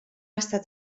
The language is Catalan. estat